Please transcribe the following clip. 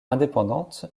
indépendante